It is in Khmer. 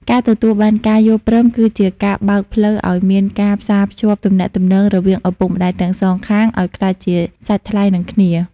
ការទទួលបានការយល់ព្រមគឺជាការបើកផ្លូវឱ្យមានការផ្សារភ្ជាប់ទំនាក់ទំនងរវាងឪពុកម្ដាយទាំងសងខាង ឱ្យក្លាយជាសាច់ថ្លៃនឹងគ្នា។